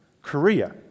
Korea